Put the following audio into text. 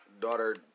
Daughter